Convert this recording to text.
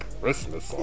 Christmas